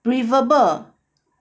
breathable